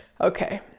Okay